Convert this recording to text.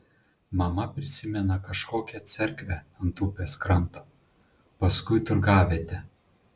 mama prisimena kažkokią cerkvę ant upės kranto paskui turgavietę